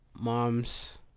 moms